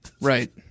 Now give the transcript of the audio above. Right